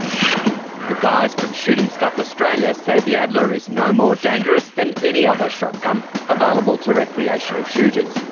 the guys from shooting stuff australia say the adler is no more dangerous than any other shotgun available to recreational shooters.